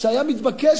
שהיה מתבקש,